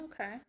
Okay